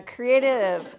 Creative